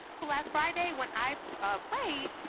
so last friday when i played,